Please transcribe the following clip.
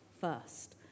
first